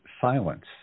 silence